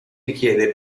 richiede